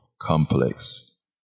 complex